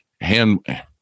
hand